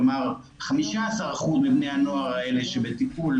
כלומר 15% מבני הנוער האלה שבטיפול,